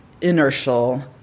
inertial